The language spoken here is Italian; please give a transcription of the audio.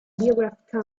biograph